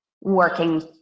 working